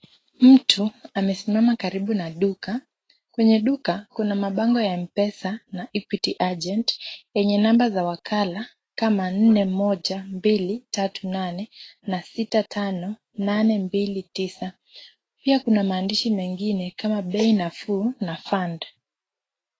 Mtu amesimama karibu na duka, kwenye duka kuna mabango ya mpesa na equity agent yenye namba za wakala kama 41238 na 65829.Pia kuna maandishi mengine kama bei nafuu na fund.